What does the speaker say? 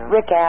Rick